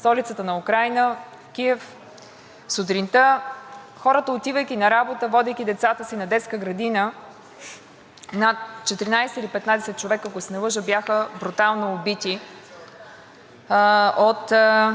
над 14 или 15 човека, ако не се лъжа, бяха брутално убити от руската армия и ирански безпилотни дронове.